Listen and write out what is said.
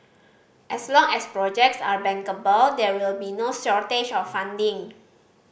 as long as projects are bankable there will be no shortage of funding